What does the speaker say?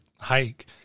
hike